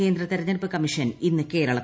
കേന്ദ്ര തിരഞ്ഞെടുപ്പ് കമ്മീഷൻ ഇന്ന് കേരളത്തിൽ